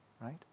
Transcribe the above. right